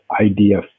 idea